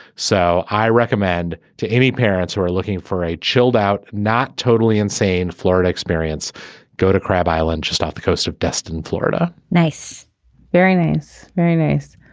so i recommend to any parents who are looking for a chilled out not totally insane florida experience go to crab island just off the coast of destin florida nice very nice very nice.